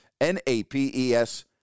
N-A-P-E-S